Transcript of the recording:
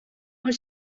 when